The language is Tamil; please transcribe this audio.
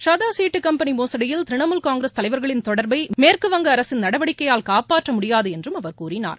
சாராதா சீட்டு கம்பெனி மோசுடியில் திரிணாமூல் காங்கிரஸ் தலைவர்களின் தொடர்பை மேற்குவங்க அரசின் நடவடிக்கையால் காப்பாற்ற முடியாது என்றும் அவர் கூறினார்